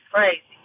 Crazy